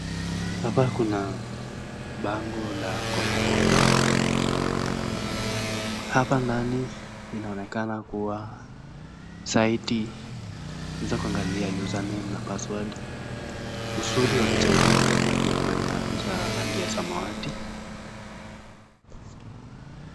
Hapa kuna bango la kopokopo. Hapa ndani inaonekana kuwa zaidi unaweza kuangalia [user name na password].Uzuri wa picha hii unaweza kuangalia kwa picha ya rangi ya samawati.